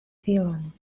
filon